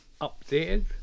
updated